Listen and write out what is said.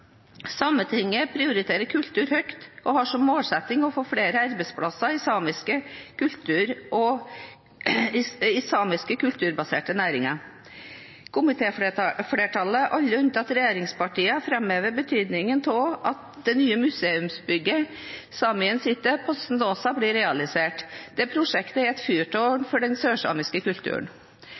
Sametinget prioriterer kultur høyt og har som målsetting å få flere arbeidsplasser i samiske kulturbaserte næringer. Komitéflertallet, alle unntatt regjeringspartiene, framhever betydningen av at det nye museumsbygget Saemien Sijte på Snåsa blir realisert. Dette prosjektet er et fyrtårn for den sørsamiske kulturen.